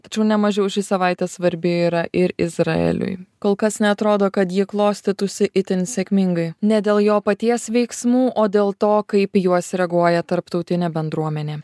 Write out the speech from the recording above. tačiau ne mažiau ši savaitė svarbi yra ir izraeliui kol kas neatrodo kad ji klostytųsi itin sėkmingai ne dėl jo paties veiksmų o dėl to kaip į juos reaguoja tarptautinė bendruomenė